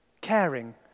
caring